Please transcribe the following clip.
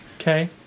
Okay